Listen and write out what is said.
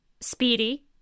speedy